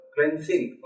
Cleansing